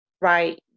right